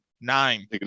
nine